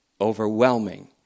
overwhelming